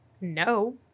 No